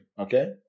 okay